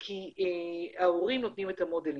כי ההורים נותנים את המודלינג.